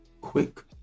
quick